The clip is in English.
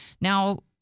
Now